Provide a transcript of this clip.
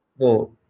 no